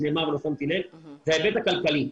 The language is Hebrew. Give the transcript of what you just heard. זה ההיבט הכלכלי.